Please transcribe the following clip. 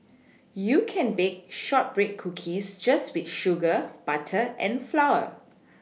you can bake shortbread cookies just with sugar butter and flour